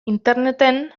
interneten